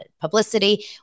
publicity